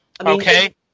okay